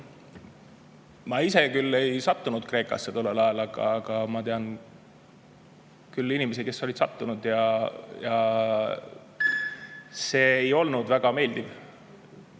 Ma ise küll ei sattunud Kreekasse tollel ajal, aga ma tean inimesi, kes sattusid, ja ei olnud väga meeldiv